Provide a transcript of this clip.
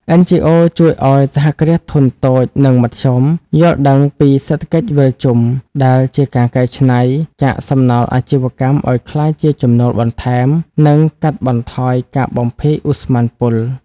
NGOs ជួយឱ្យ សហគ្រាសធុនតូច និងមធ្យម យល់ដឹងពីសេដ្ឋកិច្ចវិលជុំ ដែលជាការកែច្នៃកាកសំណល់អាជីវកម្មឱ្យក្លាយជាចំណូលបន្ថែម និងកាត់បន្ថយការបំភាយឧស្ម័នពុល។